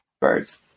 Birds